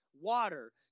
water